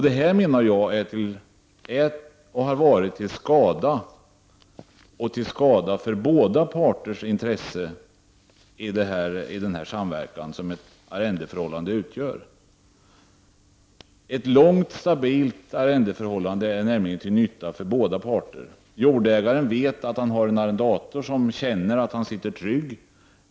Detta har varit och är till skada för båda parters intressen i den samverkan som ett arrendeförhållande utgör. Ett långt, stabilt arrendeförhållande är nämligen till nytta för båda parter. Jordägaren vet att han har en arrendator som känner att han sitter trygg.